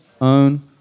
own